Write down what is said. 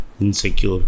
insecure